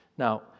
Now